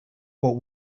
what